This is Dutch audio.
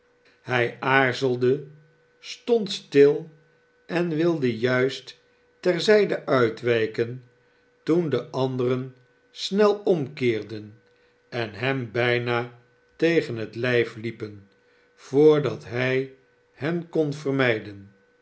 hij aarzelde stond stil en wilde juist ter zijde uitwijken toen de anderen snel omkeerden en hem bijna tegen het lijf liepen voordat hij hen kon vermijden